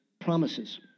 promises